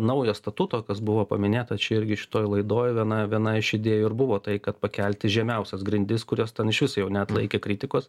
naujo statuto kas buvo paminėta čia irgi šitoj laidoj viena viena iš idėjų ir buvo tai kad pakelti žemiausias grindis kurios ten išvis jau neatlaikė kritikos